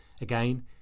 Again